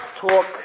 talk